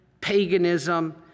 paganism